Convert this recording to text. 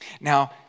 Now